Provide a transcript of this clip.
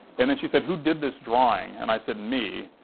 and then she said, who did this drawing? and i said, me.